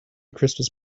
christmas